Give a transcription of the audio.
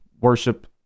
worship